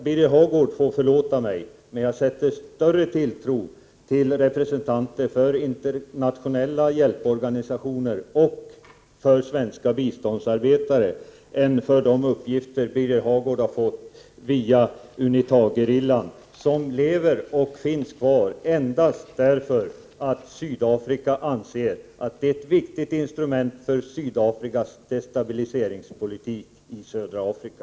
Birger Hagård får förlåta mig men jag sätter större tilltro till representanter för internationella hjälporganisationer och svenska biståndsarbetare än till de uppgifter som Birger Hagård har fått via Unitagerillan som lever och finns kvar endast därför att Sydafrika anser att den är ett viktigt instrument för Sydafrikas destabiliseringspolitik i södra Afrika.